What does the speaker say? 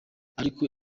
ariko